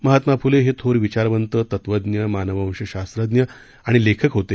महात्मा फुले हे थोर विचारवंत तत्वज्ञ मानववंश शास्त्रज्ञ आणि लेखक होते